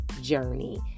journey